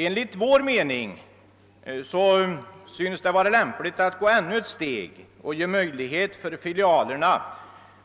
Enligt vår mening synes det vara lämpligt att gå ännu ett steg och ge möjlighet för filialerna